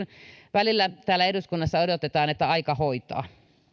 välillä täällä eduskunnassa odotetaan että aika hoitaa